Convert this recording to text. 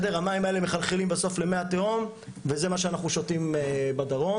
המים האלה מחלחלים בסוף אל מי התהום וזה מה שאנחנו שותים בדרום.